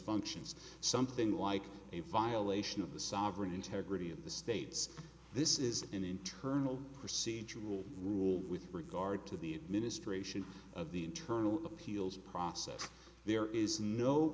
functions something like a violation of the sovereign integrity of the states this is an internal procedural rule with regard to the administration of the internal appeals process there is no